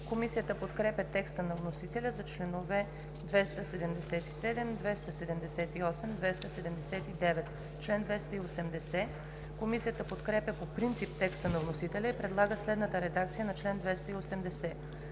Комисията подкрепя текста на вносителя за членове 277, 278, 279. Комисията подкрепя по принцип текста на вносителя и предлага следната редакция на чл. 280: